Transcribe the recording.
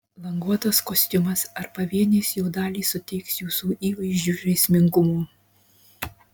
languotas kostiumas ar pavienės jo dalys suteiks jūsų įvaizdžiui žaismingumo